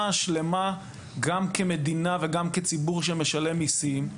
השלמה גם כמדינה וגם כציבור שמשלם מיסים.